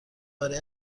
برای